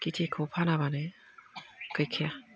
खेथिखो फानाबानो गैखाया